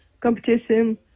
competition